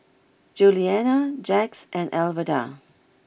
Julianna Jax and Alverda